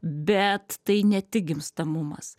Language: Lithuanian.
bet tai ne tik gimstamumas